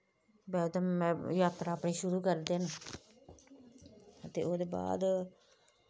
बाद च जात्तरा शुरु करदे न ते ओह्दे बाद